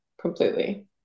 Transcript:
completely